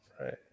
right